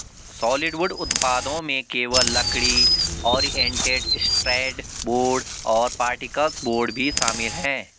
solid wood उत्पादों में केवल लकड़ी, ओरिएंटेड स्ट्रैंड बोर्ड और पार्टिकल बोर्ड भी शामिल है